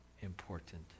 important